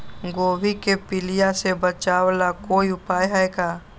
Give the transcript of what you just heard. गोभी के पीलिया से बचाव ला कोई उपाय है का?